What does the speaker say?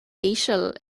íseal